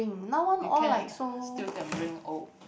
you can still can bring old